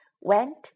went